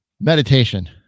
meditation